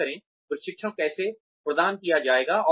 तय करें प्रशिक्षण कैसे प्रदान किया जाएगा